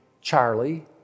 Charlie